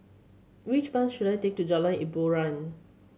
which bus should I take to Jalan Hiboran